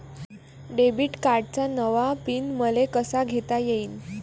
Debit कार्डचा नवा PIN मले कसा घेता येईन?